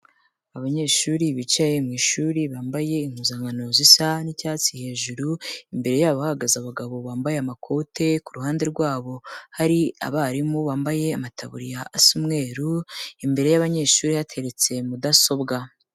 Abanyeshuri bicaye mu ishuri, bambaye impuzankano zisa n'icyatsi hejuru, imbere yabo hahagaze abagabo bambaye amakote, ku ruhande rwabo hari abarimu bambaye amataburiya asa umweru, imbere y'abanyeshuri hateretse mudasobwa.